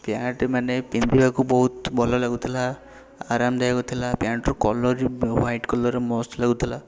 ପ୍ୟାଣ୍ଟ୍ମାନେ ପିନ୍ଧିବାକୁ ବହୁତ ଭଲ ଲାଗୁଥିଲା ଆରାମଦାୟକ ଥିଲା ପ୍ୟାଣ୍ଟ୍ର କଲର ହ୍ୱାଇଟ୍ କଲରର ମସ୍ତ ଲାଗୁଥିଲା